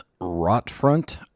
Rotfront